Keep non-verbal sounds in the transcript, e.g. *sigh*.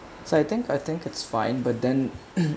so I think I think it's fine but then *coughs*